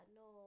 no